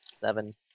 Seven